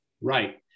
Right